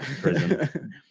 prison